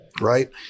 right